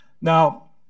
Now